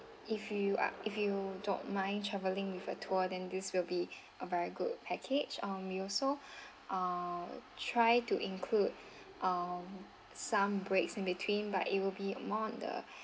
if you are if you don't mind traveling with a tour then this will be a very good package um we also uh try to include um some breaks in between but it will be among the